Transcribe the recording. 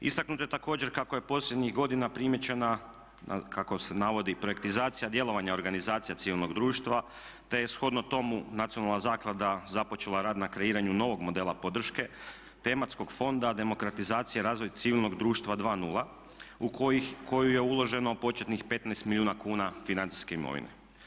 Istaknuto je također kako je posljednjih godina primijećena, kako se navodi projektizacija djelovanja organizacija civilnog društva, te je shodno tomu Nacionalna zaklada započela rad na kreiranju novog modela podrška, tematskog fonda demokratizacija razvoj civilnog društva dva nula u koju je uloženo početnih 15 milijuna kuna financijske imovine.